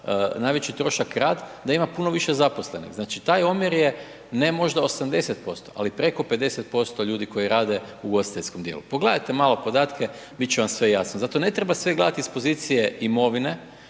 najveći trošak rad, da imam puno više zaposlenih. Znači, taj omjer je ne možda 80%, ali preko 50% ljudi koji rade u ugostiteljskom dijelu. Pogledajte malo podatke, bit će vam sve jasno, zato ne treba sve gledat iz pozicije imovine,